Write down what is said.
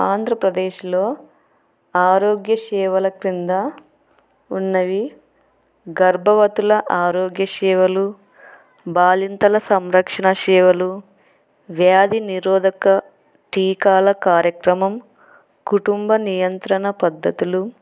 ఆంధ్రప్రదేశ్లో ఆరోగ్య సేవల కింద ఉన్నవి గర్భవతుల ఆరోగ్య సేవలు బాలింతల సంరక్షణ సేవలు వ్యాధినిరోధక టీకాల కార్యక్రమం కుటుంబ నియంత్రణ పద్ధతులు